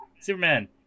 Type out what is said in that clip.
Superman